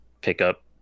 pickup